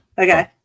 Okay